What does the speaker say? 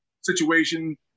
situation